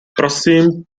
prosím